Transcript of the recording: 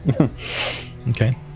Okay